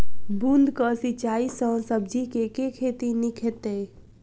बूंद कऽ सिंचाई सँ सब्जी केँ के खेती नीक हेतइ?